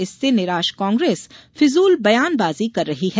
इससे निराश कांग्रेस अनर्गल बयान बाजी कर रही है